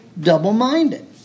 double-minded